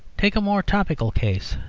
take a more topical case.